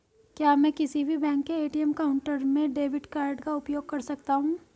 क्या मैं किसी भी बैंक के ए.टी.एम काउंटर में डेबिट कार्ड का उपयोग कर सकता हूं?